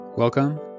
Welcome